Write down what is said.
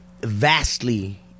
Vastly